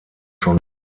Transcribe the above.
schon